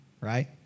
Right